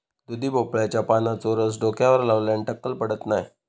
दुधी भोपळ्याच्या पानांचो रस डोक्यावर लावल्यार टक्कल पडत नाय